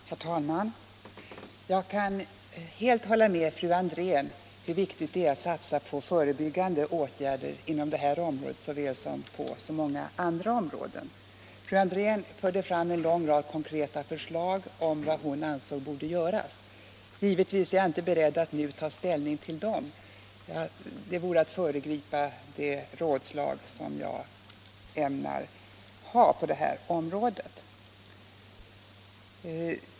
Herr talman! Jag kan helt hålla med fru Andrén när det gäller vikten av att satsa på förebyggande åtgärder inom detta område såväl som inom många andra. Fru Andrén framförde en lång rad konkreta förslag till vad hon ansåg borde göras. Givetvis är jag nu inte beredd att ta ställning till dem — det vore att föregripa de rådslag som jag ämnar ha på detta område.